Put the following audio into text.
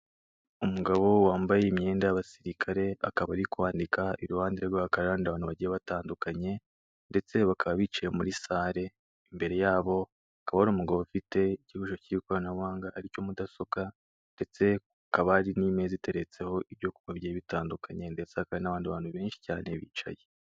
Umugabo wambaye imyenda y'abasirikare akaba ari kwandika iruhande rwe hakaba hari abantu bagiye batandukanye ndetse bakaba bicaye muri sale, imbere yabo hakaba hari umugabo ufite igibusho cy'ikoranabuhanga aricyo mudasobwa ndetsekaba hakaba hari n'imeza iteretseho ibyokurya bitandukanye ndetse hari n'abandi bantu benshi cyane bicaye.